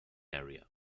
area